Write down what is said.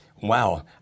wow